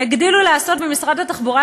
הגדילו לעשות במשרד התחבורה,